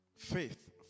Faith